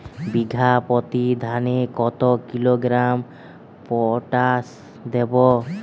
বিঘাপ্রতি ধানে কত কিলোগ্রাম পটাশ দেবো?